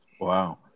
Wow